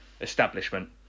establishment